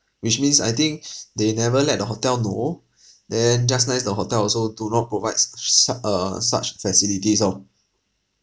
which means I think they never let the hotel know then just nice the hotel also do not provide s~ su~ uh such facilities orh